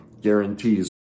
guarantees